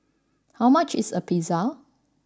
how much is a Pizza